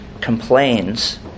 complains